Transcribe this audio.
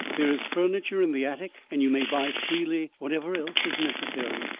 there is furniture in the attic and you may buy freely whatever else is necessary.